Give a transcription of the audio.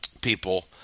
people